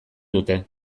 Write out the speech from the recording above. dute